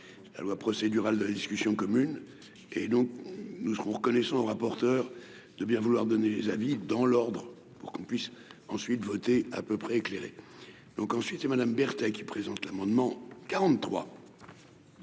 la loi procédurale de discussion commune et donc nous serons reconnaissants le rapporteur, de bien vouloir donner sa vie dans l'ordre pour qu'on puisse ensuite voter à peu près éclairés donc ensuite Madame Berthet, qui présente l'amendement 43.